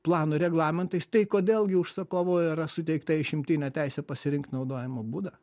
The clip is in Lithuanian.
plano reglamentais tai kodėl gi užsakovui yra suteikta išimtinė teisė pasirinkt naudojimo būdą